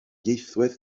ieithwedd